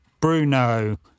Bruno